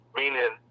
meaning